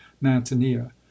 Mantinea